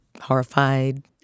horrified